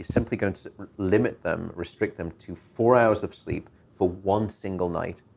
simply going to limit them, restrict them to four hours of sleep for one single night.